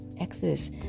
Exodus